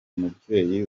mubyeyi